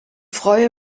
freue